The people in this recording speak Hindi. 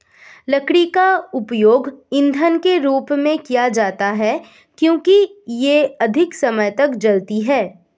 लकड़ी का उपयोग ईंधन के रूप में किया जाता है क्योंकि यह अधिक समय तक जलती है